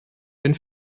bin